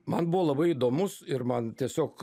man buvo labai įdomus ir man tiesiog